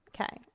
Okay